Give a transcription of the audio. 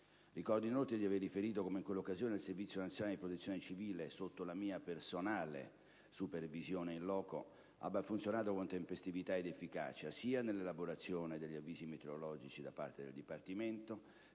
Ricordo inoltre di aver riferito come in quell'occasione il Servizio nazionale di protezione civile, sotto la mia personale supervisione *in loco*, abbia funzionato con tempestività ed efficacia, sia nell'elaborazione degli avvisi meteorologici da parte del Dipartimento,